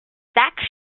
stacked